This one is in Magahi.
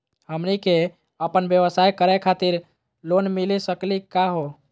हमनी क अपन व्यवसाय करै खातिर लोन मिली सकली का हो?